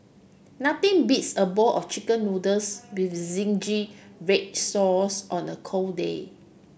nothing beats a bowl of chicken noodles with zingy red sauce on a cold day